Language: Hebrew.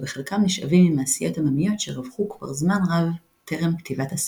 ובחלקם נשאבים ממעשיות עממיות שרווחו כבר זמן רב טרם כתיבת הספר.